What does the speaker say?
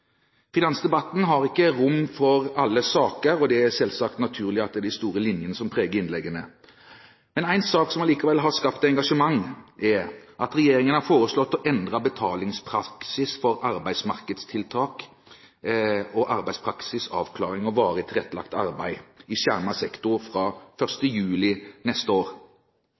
Finansdebatten har ikke rom for alle saker, og det er selvsagt naturlig at det er de store linjene som preger innleggene. En sak som likevel har skapt engasjement, er at regjeringen har foreslått å endre betalingspraksis for arbeidsmarkedstiltakene arbeidspraksis, avklaring og varig tilrettelagt arbeid i skjermet sektor fra 1. juli neste år.